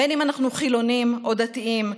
בין שאנחנו חילונים ובין דתיים,